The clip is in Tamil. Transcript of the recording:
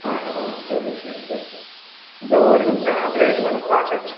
ஆ ஆ சரி சரி சரி இதோ ஒரு நிமிஷம் அப்படியே இருங்க நான் பார்க்குறேன்